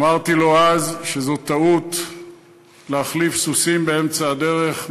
אמרתי לו אז שזו טעות להחליף סוסים באמצע הדרך.